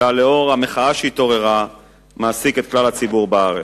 אלא לנוכח המחאה שהתעוררה הוא מעסיק את כלל הציבור בארץ.